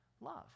love